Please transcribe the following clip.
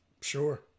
Sure